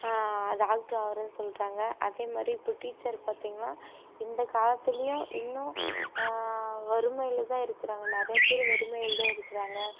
doctor ஆகுறேன்னு சொல்கிறாங்க அதேமாதிரி இப்போ டீச்சர் பார்த்திங்கன்னா இந்த காலத்திலேயும் இன்னும் வறுமையில்தான் இருக்கிறாங்க நிறைய பேர் வறுமையில்தான் இருக்கிறாங்க